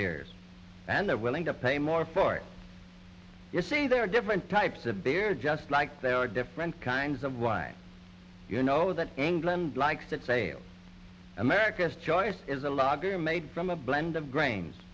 theirs and they're willing to pay more for it you see there are different types of beer just like there are different kinds of wine you know that england likes that sale america's choice is a lager made from a blend of grains